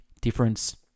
difference